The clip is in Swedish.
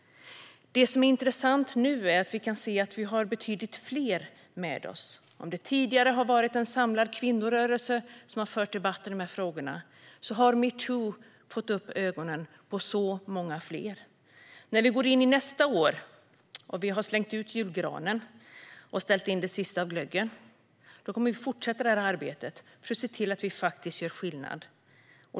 Det som är intressant nu är att vi kan se att vi har betydligt fler med oss. Om det tidigare var en samlad kvinnorörelse som förde debatt i frågorna har metoo nu fått upp ögonen hos många fler. När vi går in i nästa år, har slängt ut julgranen och ställt in det sista av glöggen kommer vi att fortsätta med arbetet för att se till att faktiskt göra skillnad.